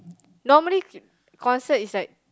normally concert is like